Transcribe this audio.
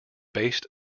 based